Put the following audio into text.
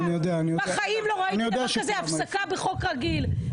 בחיים לא ראיתי דבר כזה: הפסקה בחוק רגיל.